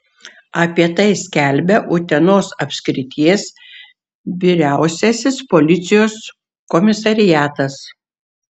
apie tai skelbia utenos apskrities vyriausiasis policijos komisariatas